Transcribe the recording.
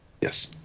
yes